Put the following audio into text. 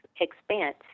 expense